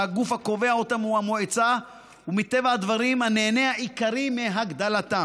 שהגוף שקובע אותם הוא המועצה ומטבע הדברים הוא הנהנה העיקרי מהגדלתם.